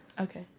Okay